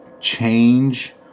change